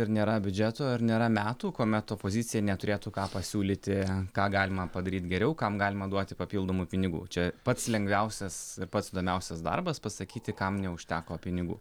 ir nėra biudžeto ir nėra metų kuomet opozicija neturėtų ką pasiūlyti ką galima padaryt geriau kam galima duoti papildomų pinigų čia pats lengviausias ir pats įdomiausias darbas pasakyti kam neužteko pinigų